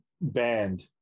band